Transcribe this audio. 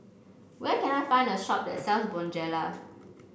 where can I find a shop that sells Bonjela